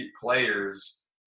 players